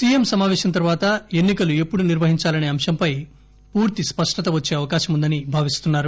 CM సమాపేశం తర్వాత ఎన్ని కలు ఎప్పుడు నిర్వహించాలసే అంశంపై పూర్తి స్పష్టత వచ్చే అవకాశముందని భావిస్తున్నారు